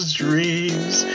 dreams